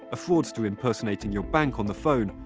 a fraudster impersonating your bank on the phone,